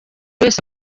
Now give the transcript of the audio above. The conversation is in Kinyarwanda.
wese